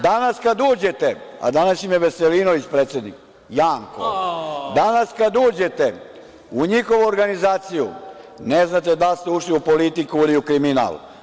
Danas kada uđete, a danas im je Veselinović predsednik, Janko, u njihovu organizaciju, ne znate da li ste ušli u politiku ili u kriminal.